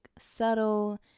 subtle